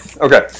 Okay